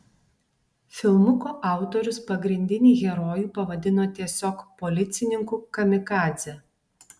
filmuko autorius pagrindinį herojų pavadino tiesiog policininku kamikadze